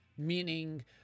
Meaning